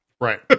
right